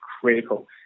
critical